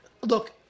Look